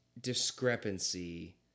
discrepancy